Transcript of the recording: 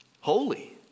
holy